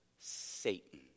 Satan